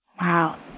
Wow